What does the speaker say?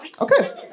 Okay